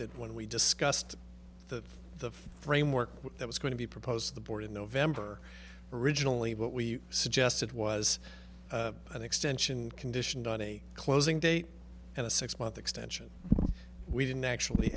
that when we discussed the the framework that was going to be proposed to the board in november originally what we suggested was an extension condition dani closing date and a six month extension we didn't actually